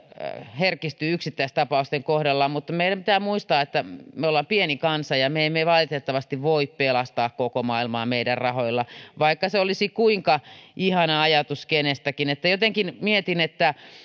herkistyy yksittäistapausten kohdalla mutta meidän pitää muistaa että me olemme pieni kansa ja me emme valitettavasti voi pelastaa koko maailmaa meidän rahoillamme vaikka se olisi kuinka ihana ajatus itse kenestäkin jotenkin mietin että